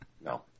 No